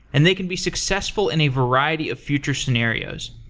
and they can be successful in a variety of future scenarios.